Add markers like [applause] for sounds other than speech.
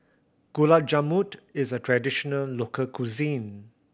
Gulab [unintelligible] is a traditional local cuisine